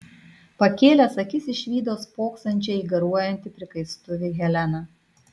pakėlęs akis išvydo spoksančią į garuojantį prikaistuvį heleną